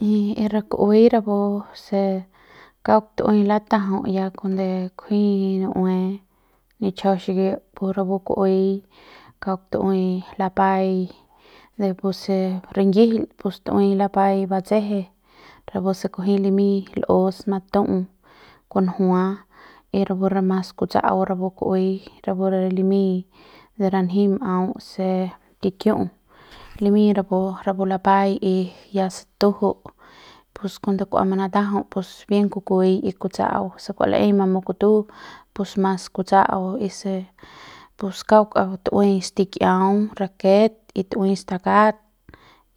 Y re ku'uei rapu se kauk tu'ui lata'jaú ya cuande kujui nu'uem nichjau xikiuk pu rapu ku'uei kauk tu'ui lapaai de puse ringjil pues tu'ui lapaai batsje rapu se kunji limiñ l'us matu'u, kunjua y rapu re mas kutsa'au rapu ku'uei rapu re limiñ de ranji ma'au se kikiu'u limiñ rapu rapu lapaai y ya se tu'jú pus cuando kua manatajau pus bien kukuei y kutsa'au sekua la'ei mamu kutu pus mas kutsa'au y se pus kauk aunq tu'ui stikiau raket y tu'ui stakat